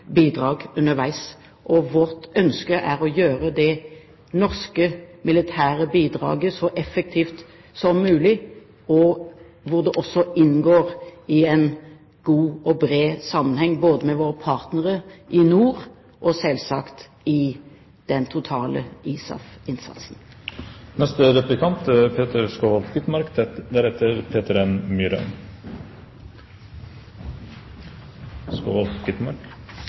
Vårt ønske er å gjøre det norske militære bidraget så effektivt som mulig, hvor det også inngår i en god og bred sammenheng både med våre partnere i nord og selvsagt i den totale